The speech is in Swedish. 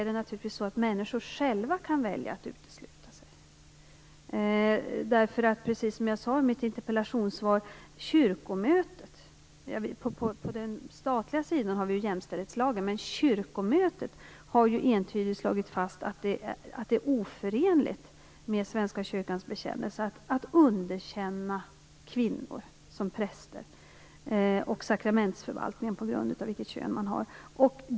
Men samtidigt kan människor själva välja att utesluta sig. På den statliga sidan har vi jämställdhetslagar, men kyrkomötet har ju entydigt slagit fast att det är oförenligt med Svenska kyrkans bekännelse att underkänna kvinnor som präster och i sakramentsförvaltningen på grund av kön.